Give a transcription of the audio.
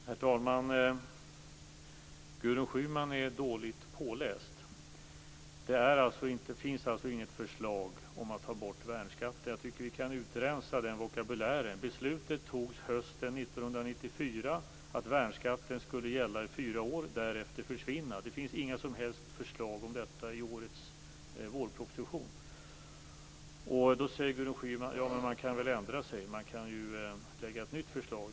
Herr talman! Gudrun Schyman är dåligt påläst. Det finns inget förslag om att ta bort värnskatten. Jag tycker att vi kan rensa ut den vokabulären. Beslutet att värnskatten skulle gälla i fyra år och därefter försvinna togs hösten 1994. Det finns inga som helst förslag om detta i årets vårproposition. Gudrun Schyman säger vidare: Man kan väl ändra sig; man kan ju lägga fram ett nytt förslag.